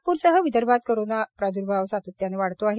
नागपूर सह विदर्भात कोरोना प्राद्र्भाव सातत्याने वाढतो आहे